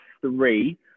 three